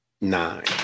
nine